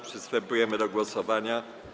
Przystępujemy do głosowania.